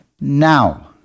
now